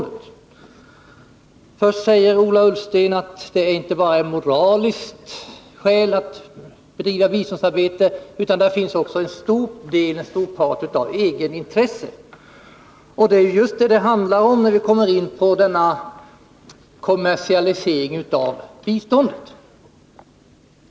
Till att börja med säger Ola Ullsten att det inte bara finns moraliska skäl att bedriva biståndsarbete utan att det också finns en stor part av egenintresse. Det är just detta det handlar om när vi kommer in på frågan om kommersialiseringen av bistånd.